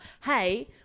Hey